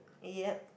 ya